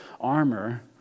armor